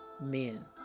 men